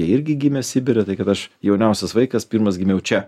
jie irgi gimė sibire tai kad aš jauniausias vaikas pirmas gimiau čia